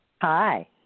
Hi